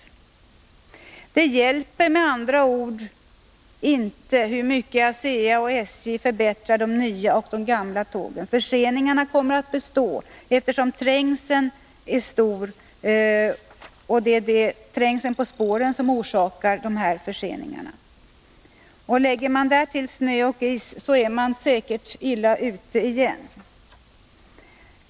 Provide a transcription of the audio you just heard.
Det hjälper med andra ord inte hur mycket Om pendeltågstra ASEA och SJ förbättrar de nya och de gamla tågen — förseningarna kommer fiken i Stock att bestå, eftersom trängseln på spåren orsakar förseningarna. Lägger man därtill de svårigheter som uppkommer genom snö och is kommer vi fram till att man säkert är illa ute igen.